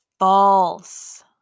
False